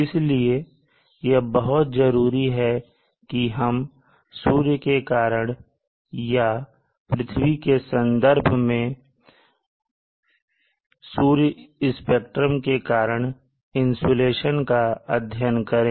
इसलिए यह बहुत जरूरी है कि हम सूर्य के कारण या पृथ्वी के संदर्भ में सूर्य स्पेक्ट्रम के कारण इंसुलेशन का अध्ययन करें